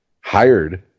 hired